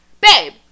Babe